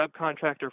subcontractor